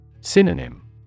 Synonym